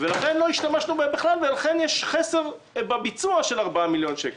לא השתמשנו בהן בכלל ולכן יש חסר בביצוע של 4 מיליון שקל.